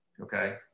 okay